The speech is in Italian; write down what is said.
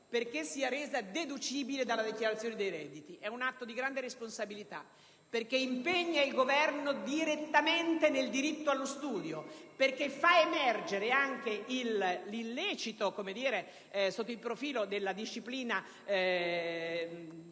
perché sia resa deducibile dalla dichiarazione dei redditi. E' un atto di grande responsabilità, perché impegna il Governo direttamente nel diritto allo studio e anche perché fa emergere l'illecito sotto il profilo della disciplina della